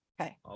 Okay